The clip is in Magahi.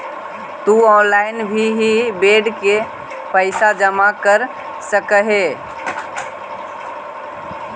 तु ऑनलाइन भी इ बेड के पइसा जमा कर सकऽ हे